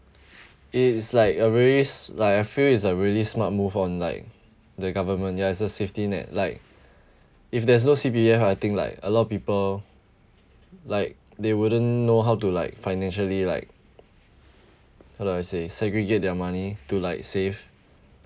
it's like a very like I feel it's a really smart move on like the government yeah it's a safety net like if there's no C_P_F I think like a lot of people like they wouldn't know how to like financially like how do I say segregate their money to like save